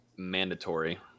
Mandatory